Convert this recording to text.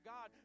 God